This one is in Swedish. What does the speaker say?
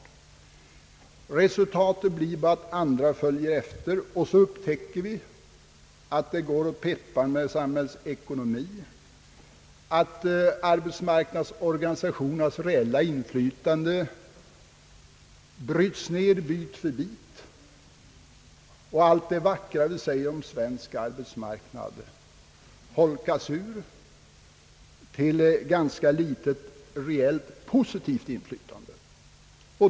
Resultatet blir att andra följer efter, och så upptäcker vi att det går åt pepparn med samhällsekonomien, att arbetsmarknadsorganisationernas reella infly tande bryts ner bit för bit och att allt det vackra vi säger om svensk arbetsmarknad holkas ur till ett ganska litet reellt positivt inflytande.